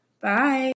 Bye